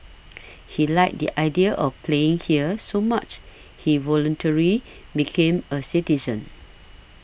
he liked the idea of playing here so much he voluntary became a citizen